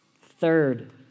Third